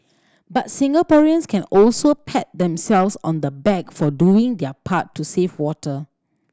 but Singaporeans can also pat themselves on the back for doing their part to save water